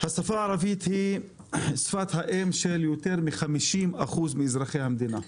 השפה הערבית היא שפת האם של יותר מחמישים אחוז מאזרחי המדינה,